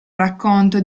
racconto